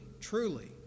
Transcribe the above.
truly